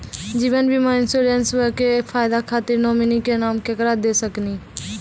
जीवन बीमा इंश्योरेंसबा के फायदा खातिर नोमिनी के नाम केकरा दे सकिनी?